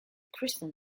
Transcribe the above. crichton